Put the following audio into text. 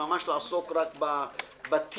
ממש לעסוק רק בטיוב